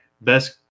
Best